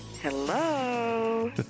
Hello